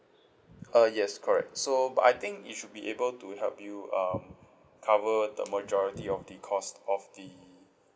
uh yes correct so but I think it should be able to help you um cover the majority of the cost of the